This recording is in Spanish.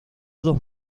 dos